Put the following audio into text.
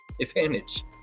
advantage